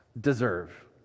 deserve